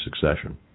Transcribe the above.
succession